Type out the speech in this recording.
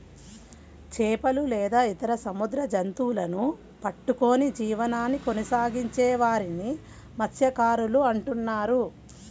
చేపలు లేదా ఇతర సముద్ర జంతువులను పట్టుకొని జీవనాన్ని కొనసాగించే వారిని మత్య్సకారులు అంటున్నారు